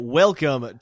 welcome